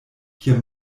hier